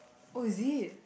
oh is it